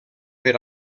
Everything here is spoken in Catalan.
per